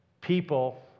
people